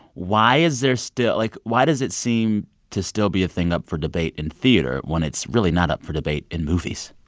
why is there still like, why does it seem to still be a thing up for debate in theater when it's really not up for debate in movies?